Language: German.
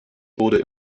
wurde